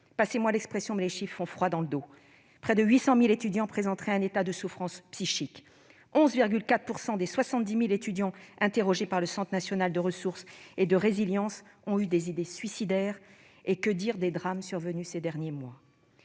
Passez-moi l'expression, mais les chiffres font froid dans le dos ! Près de 800 000 étudiants présenteraient un état de souffrance psychique ; 11,4 % des 70 000 étudiants interrogés par le Centre national de ressources et de résilience (CN2R) ont cultivé des idées suicidaires- et que dire des drames survenus ces derniers mois